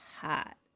hot